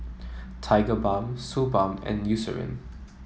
Tigerbalm Suu Balm and Eucerin